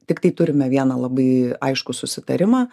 tiktai turime vieną labai aiškų susitarimą